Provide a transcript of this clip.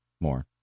more